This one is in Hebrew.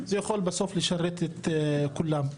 יכול בסוף לשרת את כולם.